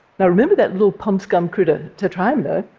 now, remember that little pond scum critter tetrahymena?